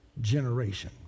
generation